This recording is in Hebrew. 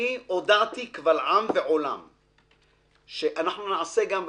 הודעתי קבל עם ועולם שאנחנו נעשה גם,